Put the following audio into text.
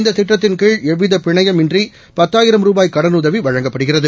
இந்ததிட்டத்தின் கீழ் எவ்விதபிணையம் இன்றிபத்தாயிரம் ரூபாய் கடனுதவிவழங்கப்படுகிறது